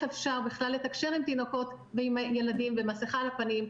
אפשר בכלל לתקשר עם תינוקות ועם הילדים במסכה על הפנים.